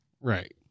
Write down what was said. right